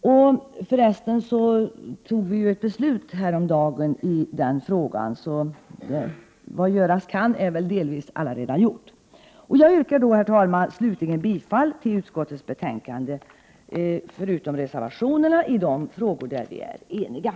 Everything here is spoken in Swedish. Vi fattade dessutom häromdagen ett beslut i den frågan, så vad göras kan är väl delvis allaredan gjort. Jag yrkar, herr talman, slutligen bifall till de reservationer som undertecknats av moderater, och i övrigt till utskottets hemställan.